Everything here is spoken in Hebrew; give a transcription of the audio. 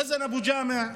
יאסר אבו ג'מעה,